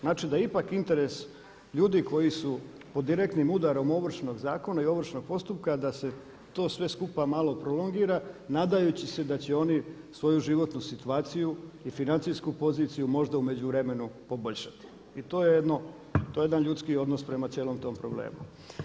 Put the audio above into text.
Znači da ipak interes ljudi koji su pod direktnim udarom Ovršnog zakona i ovršnog postupka da se to sve skupa malo prolongira nadajući se da će oni svoju životnu situaciju i financijsku poziciju možda u međuvremenu poboljšati i to je jedan ljudski odnos prema cijelom tom problemu.